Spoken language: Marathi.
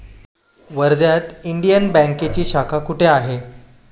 वर्ध्यात इंडियन बँकेची शाखा कुठे आहे?